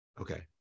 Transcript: Okay